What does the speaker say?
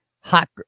hot